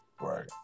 Right